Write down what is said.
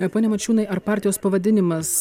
pone mačiūnai ar partijos pavadinimas